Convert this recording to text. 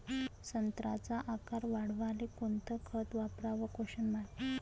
संत्र्याचा आकार वाढवाले कोणतं खत वापराव?